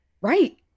Right